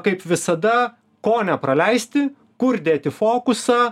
kaip visada ko nepraleisti kur dėti fokusą